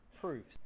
proofs